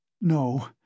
No